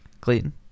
Clayton